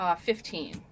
Fifteen